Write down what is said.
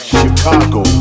chicago